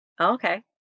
Okay